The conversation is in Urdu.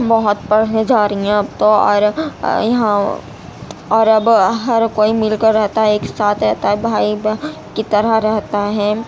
بہت پڑھنے جا رہی ہیں اب تو اور یہاں اور اب ہر کوئی مل کر رہتا ہے ایک ساتھ رہتا ہے بھائی بہن کی طرح رہتا ہے